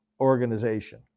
organization